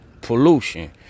pollution